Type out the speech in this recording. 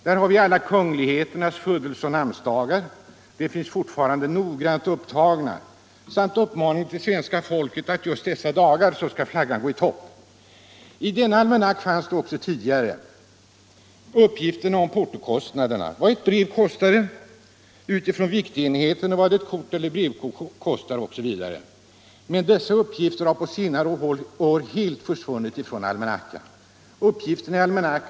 Där har vi alla kungligheternas födelseoch namnsdagar — de är fortfarande noggrant angivna — samt uppmaning till svenska folket att just dessa dagar skall flaggan gå i topp. I almanackan fanns tidigare också uppgift om portokostnaderna — vad ett brev kostade utifrån viktenheten, vad ett kort eller brevkort kostade osv. Men dessa uppgifter har på senare år helt försvunnit ur almanackan.